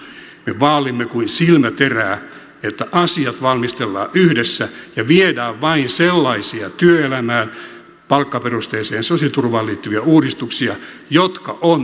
me vaalimme kuin silmäterää että asiat valmistellaan yhdessä ja viedään vain sellaisia työelämään palkkaperusteiseen sosiaaliturvaan liittyviä uudistuksia jotka ovat yhteisymmärryksen takana